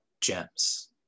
gems